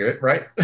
Right